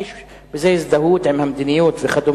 כי יש בזה הזדהות עם המדיניות וכדומה.